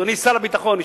אדוני שר הביטחון,